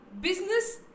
business